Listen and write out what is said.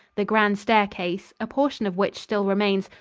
the grand staircase, a portion of which still remains,